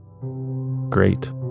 Great